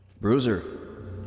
Bruiser